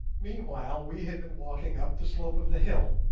meanwhile we had been walking up the slope of the hill,